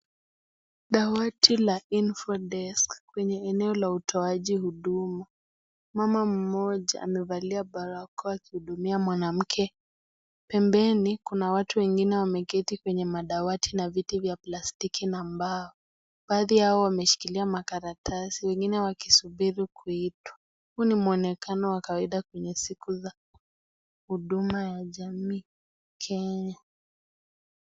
Dawati la info desk ,kwenye eneo la utoaji huduma. Mama mmoja amevalia balakoa, akihudumia mwanamke. Pembeni kuna watu wengine, wameketi kwenye madawati ya viti vya plasitiki na mbao. Baadhi yao wameshikilia makalatasi, wengine wakisubiri kuitwa. Huu ni mwonekano wa kawaida kwenye siku za huduma ya jamii Kenya.